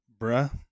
bruh